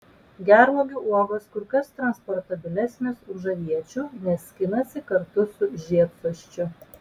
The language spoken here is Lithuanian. gervuogių uogos kur kas transportabilesnės už aviečių nes skinasi kartu su žiedsosčiu